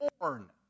born